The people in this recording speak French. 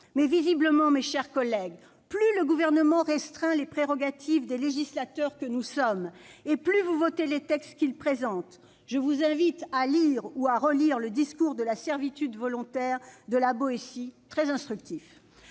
Mais, visiblement, mes chers collègues, plus le Gouvernement restreint les prérogatives des législateurs que nous sommes et plus vous votez les textes qu'il présente ! Je vous invite à lire ou à relire le de La Boétie, très instructif.